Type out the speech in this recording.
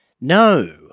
No